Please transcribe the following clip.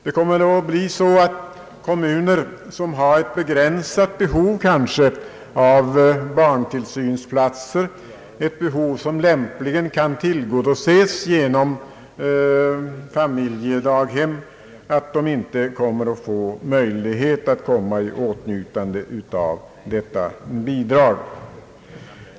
Det kommer nog att bli så att kommuner som har ett kanske begränsat behov av barntillsynsplatser — ett behov som lämpligen kan tillgodoses genom familjedaghem — inte kommer att få möjlighet att komma i åtnjutande av detta bidrag.